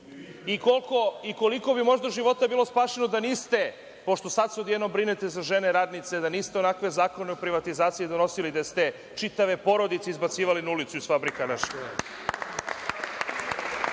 i koliko bi možda života bilo spašeno da niste, pošto se sada odjednom brinete za žene, radnice, da niste onakve zakone o privatizaciji donosili gde ste čitave porodice izbacivali na ulicu? Samim tim